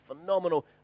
phenomenal